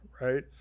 right